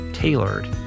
tailored